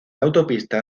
autopista